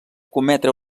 cometre